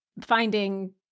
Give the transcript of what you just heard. finding